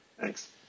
Thanks